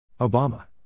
Obama